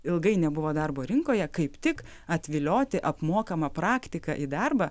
ilgai nebuvo darbo rinkoje kaip tik atvilioti apmokama praktika į darbą